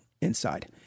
inside